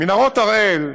מנהרות הראל,